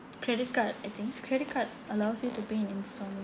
credit card I think credit card allows you to pay in instalments